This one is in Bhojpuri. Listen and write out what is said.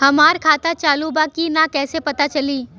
हमार खाता चालू बा कि ना कैसे पता चली?